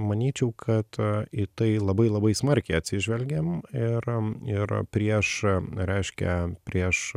manyčiau kad į tai labai labai smarkiai atsižvelgiam ir ir prieš reiškia prieš